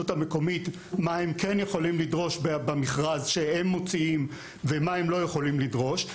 המקומית מה הם כן יכולים לדרוש במכרז שהם מוציאים ומה הם לא יכולים לדרוש,